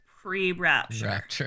Pre-rapture